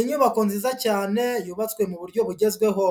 Inyubako nziza cyane, yubatswe mu buryo bugezweho.